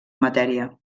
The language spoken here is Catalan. matèria